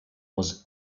was